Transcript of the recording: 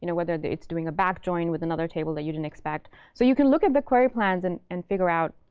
you know whether it's doing a back join with another table that you didn't expect. so you can look at the query plans and and figure out